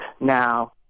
Now